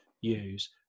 use